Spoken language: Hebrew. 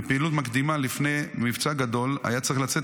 בפעילות מקדימה לפני מבצע גדול היה צריך לצאת